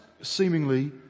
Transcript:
seemingly